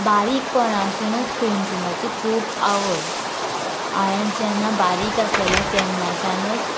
बारीकपणांसानूच पेंटींगाची खूब आवड हायेन जेन्ना बारीक आसलेले तेन्नाच्यानूच